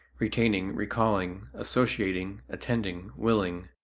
retaining, recalling, associating, attending, willing,